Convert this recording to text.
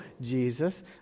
Jesus